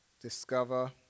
discover